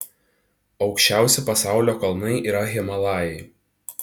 aukščiausi pasaulio kalnai yra himalajai